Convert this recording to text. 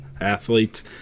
athletes